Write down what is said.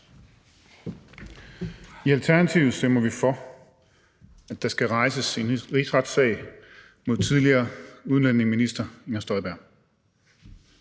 I Alternativet stemmer vi for, at der skal rejses en rigsretssag mod tidligere udlændinge- og integrationsminister Inger Støjberg.